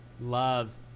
love